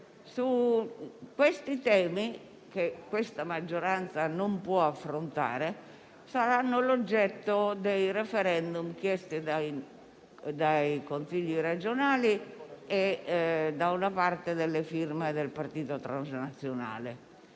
Questi temi, che la maggioranza non può affrontare, saranno oggetto dei *referendum* chiesti dai Consigli regionali e da una parte delle firme del partito transnazionale.